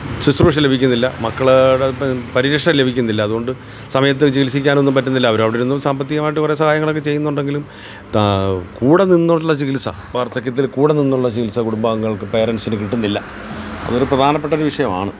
ശുശ്രൂഷ ലഭിക്കുന്നില്ല മക്കളോട് പരിരക്ഷ ലഭിക്കുന്നില്ല അതുകൊണ്ട് സമയത്ത് ചികിത്സിക്കാനൊന്നും പറ്റുന്നില്ല അവർ അവിടെ ഇരുന്ന് സാമ്പത്തികമായിട്ട് കുറേ സഹായങ്ങളൊക്കെ ചെയ്യുന്നുണ്ടെങ്കിലും കൂടെ നിന്നുള്ള ചികിത്സ വർദ്ധക്യത്തിൽ കൂടെ നിന്നുള്ള ചികിത്സ കുടുംബാംഗങ്ങൾക്ക് പേരൻറ്സിന് കിട്ടുന്നില്ല അതൊരു പ്രധാനപ്പെട്ട ഒരു വിഷയമാണ്